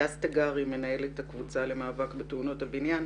הדס תגרי, מנהלת הקבוצה למאבק בתאונות הבניין.